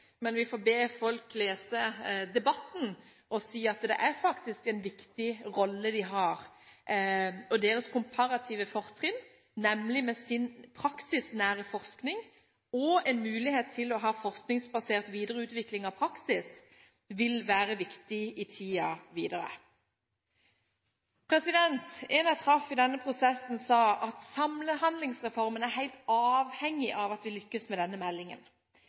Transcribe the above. men vi får be folk lese debatten og si at det er en viktig rolle universitetene har. Deres komparative fortrinn, nemlig gode muligheter for en praksisnær forskning og en forskningsbasert videreutvikling av praksis, vil være viktig i tiden framover. En jeg traff under denne prosessen, sa at Samhandlingsreformen er helt avhengig av at vi lykkes med denne meldingen.